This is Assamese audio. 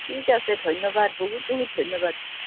ঠিক আছে ধন্যবাদ বহুত বহুত ধন্যবাদ